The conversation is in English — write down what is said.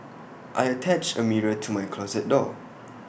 I attached A mirror to my closet door